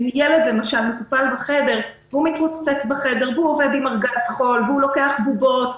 ילד שמטופל מתרוצץ בחדר ועובד עם ארגז חול ולוקח בובות.